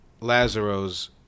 Lazaro's